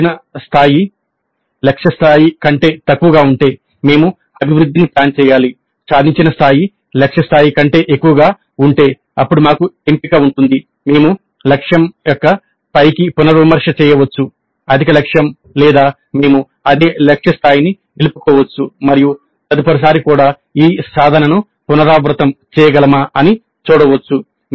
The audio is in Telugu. సాధించిన స్థాయి లక్ష్య స్థాయి కంటే తక్కువగా ఉంటే మేము అభివృద్ధిని ప్లాన్ చేయాలి సాధించిన స్థాయి లక్ష్య స్థాయి కంటే ఎక్కువగా ఉంటే అప్పుడు మాకు ఎంపిక ఉంటుంది మేము లక్ష్యం యొక్క పైకి పునర్విమర్శ చేయవచ్చు అధిక లక్ష్యం లేదా మేము అదే లక్ష్య స్థాయిని నిలుపుకోవచ్చు మరియు తదుపరిసారి కూడా ఈ సాధనను పునరావృతం చేయగలమా అని చూడవచ్చు